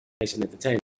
entertainment